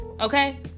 Okay